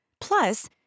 Plus